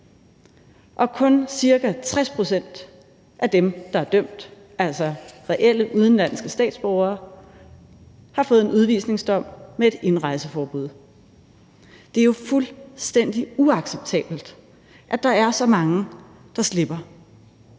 og kun ca. 60 pct. af dem, der er dømt, altså reelle udenlandske statsborgere, har fået en udvisningsdom med et indrejseforbud. Det er jo fuldstændig uacceptabelt, at der er så mange, der slipper,